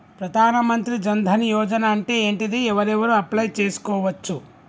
ప్రధాన మంత్రి జన్ ధన్ యోజన అంటే ఏంటిది? ఎవరెవరు అప్లయ్ చేస్కోవచ్చు?